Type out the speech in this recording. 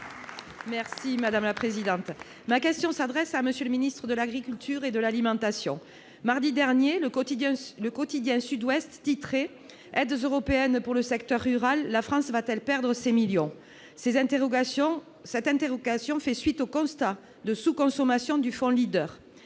Social Européen. Ma question s'adresse à M. le ministre de l'agriculture et de l'alimentation. Mardi dernier, le quotidien titrait :« Aides européennes pour le secteur rural : la France va-t-elle perdre ses millions ?» Cette interrogation fait suite au constat de sous-consommation du fonds